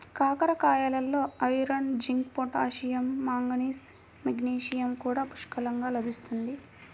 కాకరకాయలలో iron, zinc, potassium, manganese, magnesium కూడా పుష్కలంగా లభిస్తుంది